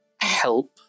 help